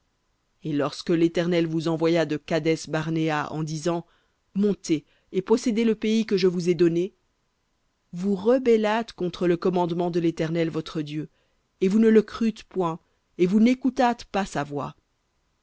et lorsque l'éternel vous envoya de kadès barnéa en disant montez et possédez le pays que je vous ai donné vous rebellâtes contre le commandement de l'éternel votre dieu et vous ne le crûtes point et vous n'écoutâtes pas sa voix